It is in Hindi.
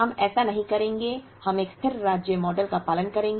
हम ऐसा नहीं करेंगे हम एक स्थिर राज्य मॉडल का पालन करेंगे